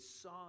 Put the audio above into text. saw